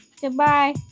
Goodbye